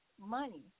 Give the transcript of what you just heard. money